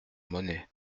monnaie